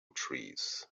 trees